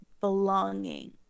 belonging